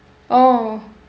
oh